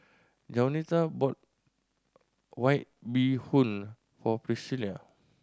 Jaunita bought White Bee Hoon for Pricilla